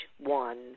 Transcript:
one